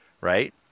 right